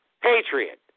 patriot